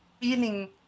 feeling